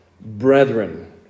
brethren